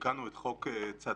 תיקנו גם את חוק צד"ל,